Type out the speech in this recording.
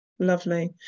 Lovely